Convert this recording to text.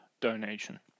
donation